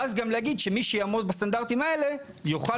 ואז גם להגיד שמי שיעמוד בסטנדרטים האלה יוכל